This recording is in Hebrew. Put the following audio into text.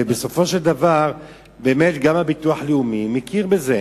בסופו של דבר גם הביטוח הלאומי מכיר בזה,